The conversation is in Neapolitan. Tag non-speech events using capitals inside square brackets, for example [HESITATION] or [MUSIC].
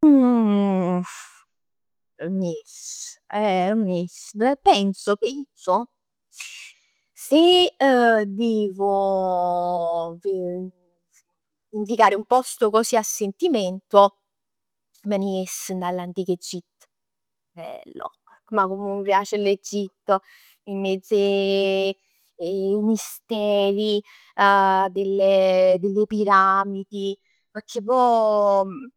[HESITATION] Ni, [HESITATION] eh ni, penso che uso, se [HESITATION] devo [HESITATION] indicare un posto così a sentimento, m' ne jess dint all'antico Egitto. Bello, ma comm m' piace l'Egitto. Miezz 'e misteri [HESITATION] del- delle piramidi, pecchè poj.